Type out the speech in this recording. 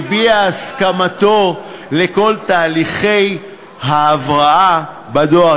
שהביע הסכמתו לכל תהליכי ההבראה בדואר,